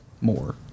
more